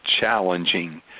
challenging